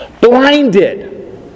blinded